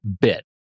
bit